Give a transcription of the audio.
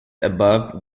above